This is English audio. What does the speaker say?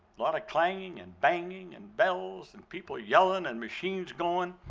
lot of clanging and banging and bells and people yelling and machines going.